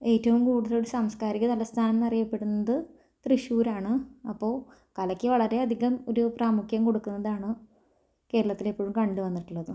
ഏറ്റവും കൂടുതല് സാംസ്കാരിക തലസ്ഥാനം എന്നറിയപ്പെടുന്നത് തൃശ്ശൂരാണ് അപ്പോൾ കലയ്ക്ക് വളരെയധികം ഒരു പ്രാമുഖ്യം കൊടുക്കുന്നതാണ് കേരളത്തിലെപ്പോഴും കണ്ട് വന്നിട്ടുള്ളത്